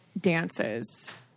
dances